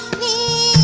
me